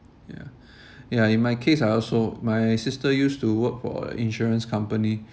ya ya in my case I also my sister used to work for insurance company